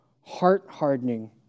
heart-hardening